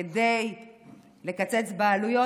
כדי לקצץ בעלויות,